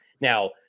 Now